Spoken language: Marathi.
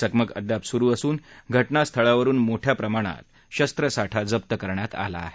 चकमक अद्याप सुरू असून घटना स्थळावरून मोठया प्रमाणात शस्त्रसाठा जप्त करण्यात आला आहे